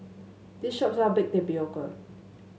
this shop sell Baked Tapioca